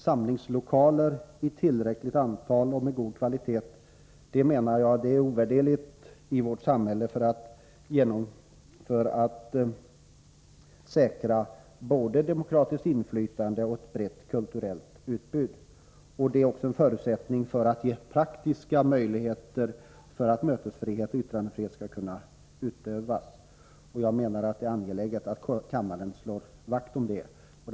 Samlingslokaler i tillräckligt antal och av god kvalitet är enligt min mening ovärderliga för att säkra både ett demokratiskt inflytande och ett brett kulturellt utbud i vårt samhälle. De är också en förutsättning för människornas praktiska möjligheter att dra nytta av mötesfrihet och yttrandefrihet. Det är angeläget att kammaren slår vakt om detta.